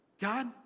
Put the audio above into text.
God